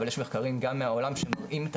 אבל יש מחקרים גם מהעולם שמראים את